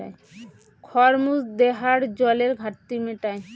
খরমুজ দেহার জলের ঘাটতি মেটায়